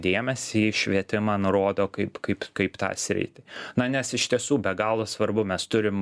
dėmesį švietimą nurodo kaip kaip kaip tą sritį na nes iš tiesų be galo svarbu mes turim